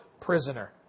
prisoner